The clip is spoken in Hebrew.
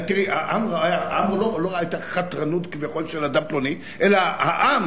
אם אנחנו רוצים, אז האם החתרנות, תראי, העם